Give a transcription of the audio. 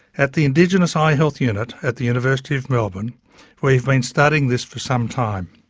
at the indigenous eye health unit at the university of melbourne we have been studying this for some time.